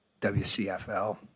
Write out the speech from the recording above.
WCFL